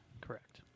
Correct